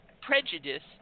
Prejudice